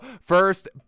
First